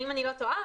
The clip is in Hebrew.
אם אני לא טועה,